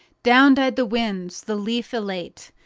down died the winds the leaf, elate,